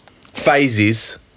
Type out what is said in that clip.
Phases